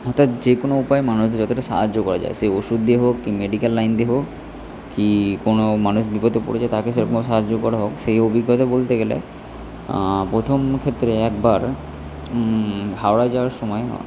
অর্থাৎ যে কোনো উপায়ে মানুষকে যতটা সাহায্য করা যায় সে ওষুধ দিয়ে হোক কী মেডিক্যাল লাইন দিয়ে হোক কী কোনো মানুষ বিপদে পড়েছে তাকে সেরকমভাবে সাহায্য করা হোক সেই অভিজ্ঞতা বলতে গেলে প্রথম ক্ষেত্রে একবার হাওড়া যাওয়ার সময়